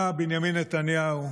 אתה, בנימין נתניהו,